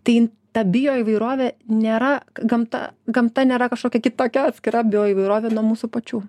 tai ta bioįvairovė nėra gamta gamta nėra kažkokia kitokia atskira bioįvairovė nuo mūsų pačių